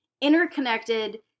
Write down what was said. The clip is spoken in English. interconnected